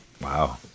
Wow